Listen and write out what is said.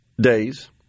days